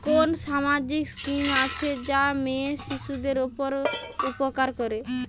কোন সামাজিক স্কিম আছে যা মেয়ে শিশুদের উপকার করে?